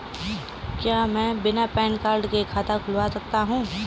क्या मैं बिना पैन कार्ड के खाते को खोल सकता हूँ?